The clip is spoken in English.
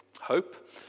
hope